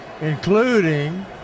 including